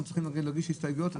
אנחנו צריכים להגיש הסתייגויות.